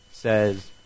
says